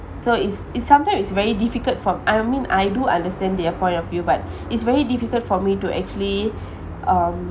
so it's it's sometimes it's very difficult for I mean I do understand their point of view but it's very difficult for me to actually um